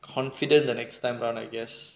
confident the next time round I guess